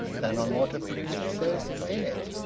than on what a priest says in it.